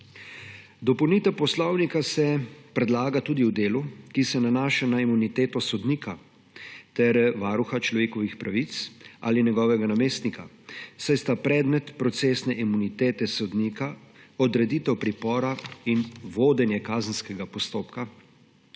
Dopolnitev Poslovnika se predlaga tudi v delu, ki se nanaša na imuniteto sodnika ter varuha človekovih pravic ali njegovega namestnika, saj sta predmet procesne imunitete sodnika odreditev pripora in vodenje kazenskega postopka;